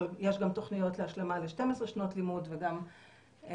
אבל גם יש תוכניות להשלמה ל-12 שנות לימוד וגם ליותר.